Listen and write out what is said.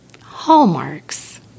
hallmarks